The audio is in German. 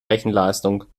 rechenleistung